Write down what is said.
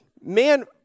man